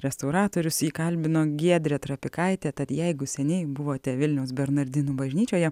restauratorius jį kalbino giedrė trapikaitė tad jeigu seniai buvote vilniaus bernardinų bažnyčioje